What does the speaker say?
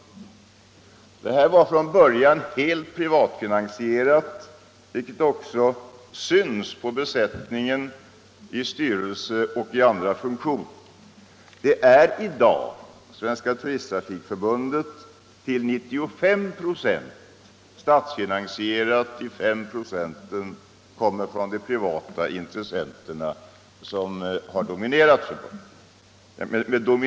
Detta var från början helt privatfinansierat, vilket också syns på besättningen av styrelse och andra funktioner. Svenska turisttrafikförbundet är i dag till 95 96 statsfinansierat, och 5 KH kommer från de privata intressenter som har dominerat förbundet.